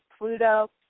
Pluto